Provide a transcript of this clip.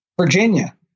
Virginia